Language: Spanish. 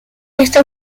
esta